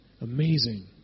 Amazing